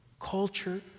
Culture